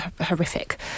horrific